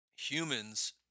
humans